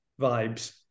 vibes